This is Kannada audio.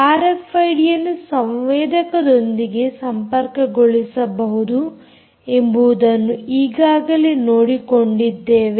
ಆರ್ಎಫ್ಐಡಿಯನ್ನು ಸಂವೇದಕದೊಂದಿಗೆ ಸಂಪರ್ಕಗೊಳಿಸಬಹುದು ಎಂಬುದನ್ನು ಈಗಾಗಲೇ ನೋಡಿಕೊಂಡಿದ್ದೇವೆ